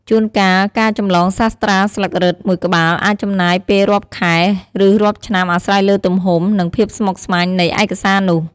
ជួនកាល ការចម្លងសាស្រ្តាស្លឹករឹតមួយក្បាលអាចចំណាយពេលរាប់ខែ ឬរាប់ឆ្នាំអាស្រ័យលើទំហំ និងភាពស្មុគស្មាញនៃឯកសារនោះ។